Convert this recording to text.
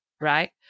right